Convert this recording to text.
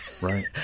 Right